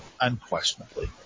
unquestionably